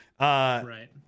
Right